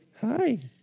hi